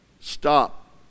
Stop